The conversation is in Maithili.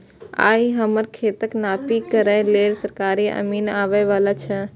आइ हमर खेतक नापी करै लेल सरकारी अमीन आबै बला छै